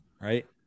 right